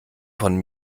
von